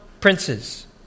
princes